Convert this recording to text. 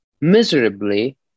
miserably